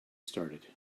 started